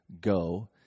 go